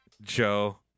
Joe